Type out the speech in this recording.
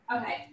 Okay